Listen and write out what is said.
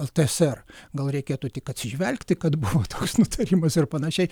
ltsr gal reikėtų tik atsižvelgti kad buvo toks nutarimas ir panašiai